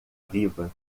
viva